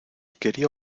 quería